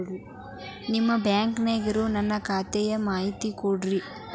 ನಿಮ್ಮ ಬ್ಯಾಂಕನ್ಯಾಗ ಇರೊ ನನ್ನ ಖಾತಾದ ಮಾಹಿತಿ ಕೊಡ್ತೇರಿ?